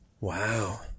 Wow